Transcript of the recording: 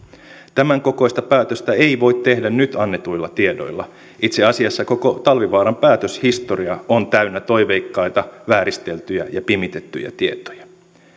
tämän kokoista päätöstä ei voi tehdä nyt annetuilla tiedoilla itse asiassa koko talvivaaran päätöshistoria on täynnä toiveikkaita vääristeltyjä ja pimitettyjä tietoja